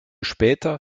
später